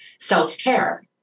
self-care